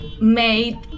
made